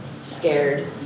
scared